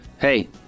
Hey